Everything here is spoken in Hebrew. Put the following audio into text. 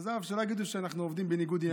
עזוב, שלא יגידו שאנחנו עובדים בניגוד עניינים.